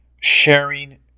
sharing